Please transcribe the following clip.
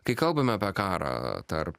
kai kalbame apie karą tarp